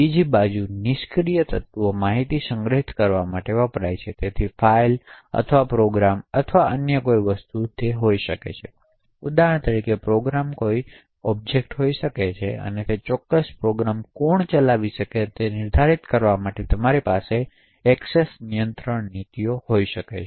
બીજી બાજુ નિષ્ક્રિય તત્વો માહિતી સંગ્રહિત કરવા માટે વપરાય છે તેથી તે ફાઇલો અથવા પ્રોગ્રામ્સ અથવા અન્ય કોઈ વસ્તુની જેમ હોઈ શકે ઉદાહરણ તરીકે પ્રોગ્રામ કોઈ ઑબ્જેક્ટ હોઈ શકે છે અને તે ચોક્કસ પ્રોગ્રામ કોણ ચલાવી શકે છે તે નિર્ધારિત કરવા માટે તમારી પાસે એક્સેસ નિયંત્રણ નીતિઓ હોઈ શકે છે